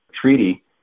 Treaty